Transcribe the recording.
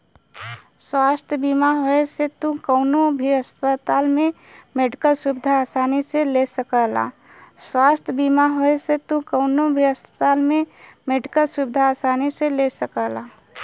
स्वास्थ्य बीमा होये से तू कउनो भी अस्पताल में मेडिकल सुविधा आसानी से ले सकला